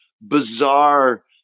bizarre